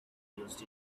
used